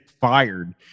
fired